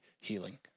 healing